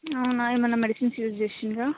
అవునా ఏమైనా medicines use చేసారా